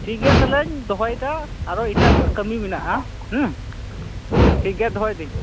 ᱴᱷᱤᱠᱜᱮᱭᱟ ᱛᱟᱦᱚᱞᱮᱧ ᱫᱚᱦᱚᱭᱮᱫᱟ ᱟᱨᱦᱚᱸ ᱮᱴᱟᱜ ᱠᱩᱡ ᱠᱟ ᱢᱤ ᱢᱮᱱᱟᱜ ᱼᱟ ᱦᱩᱸ ᱴᱷᱤᱠᱜᱮᱭᱟ ᱫᱚᱦᱚᱭᱮᱫᱟ ᱧ